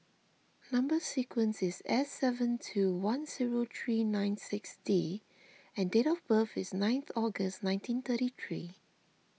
Number Sequence is S seven two one zero three nine six D and date of birth is ninth August nineteen thirty three